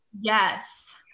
Yes